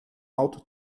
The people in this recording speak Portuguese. alto